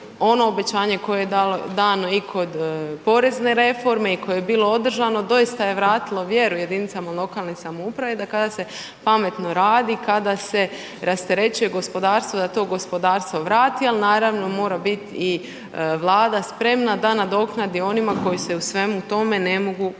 ono obećanje koje je dano i kod porezne reforme i koje je bilo održano doista je vratilo vjeru jedinicama lokalne samouprave da kada se pametno radi i kada se rasterećuje gospodarstvo da to gospodarstvo vrati. Ali naravno, mora biti i Vlada spremna da nadoknadi onima koji se u svemu tome ne mogu